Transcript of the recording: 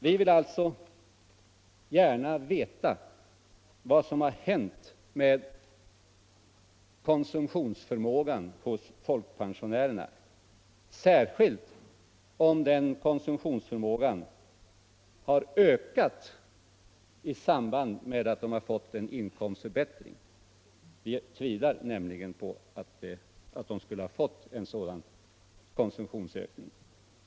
Vi vill alltså veta vad som har hänt med konsumtionsförmågan hos folkpensionärerna, särskilt om den har ökat i samband med att de fått en inkomstförbättring. Vi tvivlar nämligen på att de skulle ha fått en sådan konsumtionsökning.